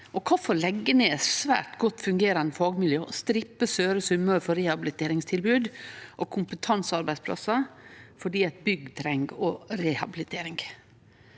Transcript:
Kvifor leggje ned eit svært godt fungerande fagmiljø og strippe Søre Sunnmøre for rehabiliteringstilbod og kompetansearbeidsplassar fordi eit bygg treng rehabilitering?